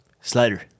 Slider